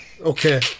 Okay